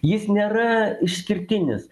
jis nėra išskirtinis